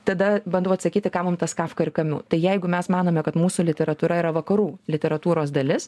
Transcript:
tada bandau atsakyti kam mum tas kafka ir kamiu tai jeigu mes manome kad mūsų literatūra yra vakarų literatūros dalis